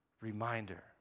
reminder